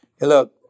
look